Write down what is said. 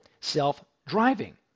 self-driving